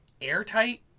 airtight